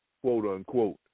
quote-unquote